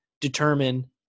determine